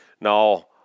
now